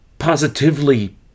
positively